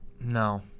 No